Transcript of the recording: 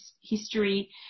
history